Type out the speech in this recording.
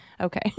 okay